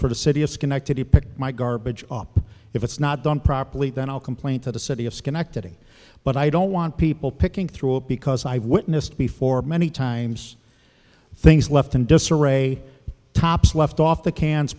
for the city of schenectady picked my garbage up if it's not done properly then i'll complain to the city of schenectady but i don't want people picking through it because i've witnessed before many times things left in disarray tops left off the cans